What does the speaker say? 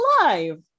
alive